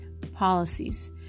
policies